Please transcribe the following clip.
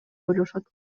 ойлошот